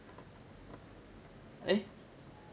eh